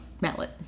mallet